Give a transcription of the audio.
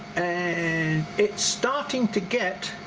and it's starting to get